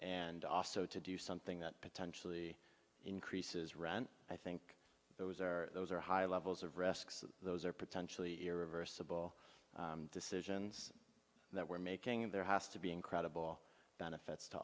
and also to do something that potentially increases rent i think those are those are high levels of risks those are potentially irreversible decisions that we're making and there has to be incredible benefits to